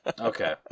Okay